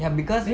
ya cause